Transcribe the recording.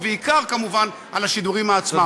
ובעיקר כמובן על השידורים עצמם.